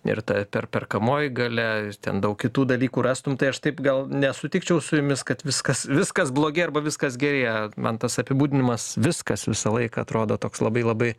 ir ta per perkamoji galia ten daug kitų dalykų rastum tai aš taip gal nesutikčiau su jumis kad viskas viskas blogėja arba viskas gerėja man tas apibūdinimas viskas visą laiką atrodo toks labai labai